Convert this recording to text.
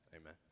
Amen